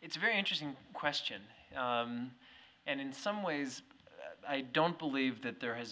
it's a very interesting question and in some ways i don't believe that there has